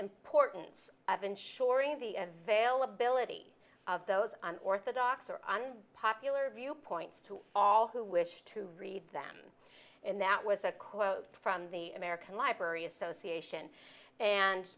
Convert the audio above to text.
importance of ensuring the and vale ability of those orthodox or on popular viewpoints to all who wish to read them and that was a quote from the american library association and